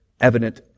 evident